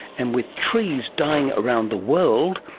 and with trees dying around the world,